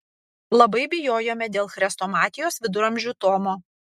labai bijojome dėl chrestomatijos viduramžių tomo